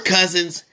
Cousins